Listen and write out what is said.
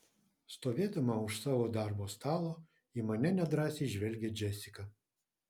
stovėdama už savo darbo stalo į mane nedrąsiai žvelgia džesika